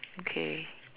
okay